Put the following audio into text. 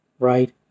right